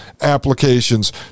applications